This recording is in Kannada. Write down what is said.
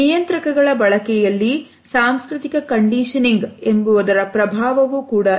ನಿಯಂತ್ರಕಗಳ ಬಳಕೆಯಲ್ಲಿ ಸಾಂಸ್ಕೃತಿಕ ಕಂಡೀಶನಿಂಗ್ ನ ಪ್ರಭಾವವೂ ಇದೆ